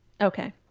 Okay